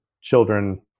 children